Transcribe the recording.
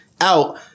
out